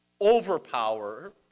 overpower